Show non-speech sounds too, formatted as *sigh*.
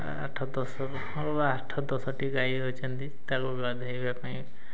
ଆଠ ଦଶ *unintelligible* ଆଠ ଦଶଟି ଗାଈ ରହିଛନ୍ତି ତାକୁ ଗାଧେଇବା ପାଇଁ